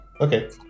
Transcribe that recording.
Okay